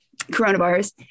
coronavirus